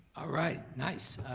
all right, nice,